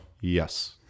Yes